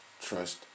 trust